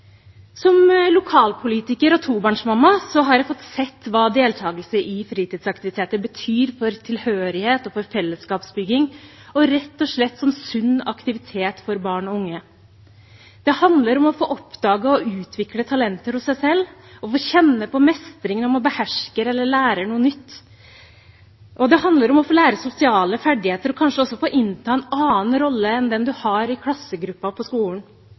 Som lokalpolitiker og tobarnsmamma har jeg fått se hva deltakelse i fritidsaktiviteter betyr for tilhørighet og for fellesskapsbygging, og rett og slett som sunn aktivitet for barn og unge. Det handler om å få oppdage og utvikle talenter hos seg selv og få kjenne på mestring når man behersker eller lærer noe nytt. Det handler om å få lære sosiale ferdigheter og kanskje også få innta en annen rolle enn den en har i klassegruppa på skolen.